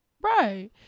Right